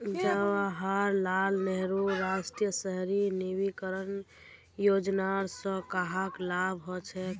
जवाहर लाल नेहरूर राष्ट्रीय शहरी नवीकरण योजनार स कहाक लाभ हछेक